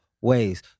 ways